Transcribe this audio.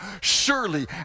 surely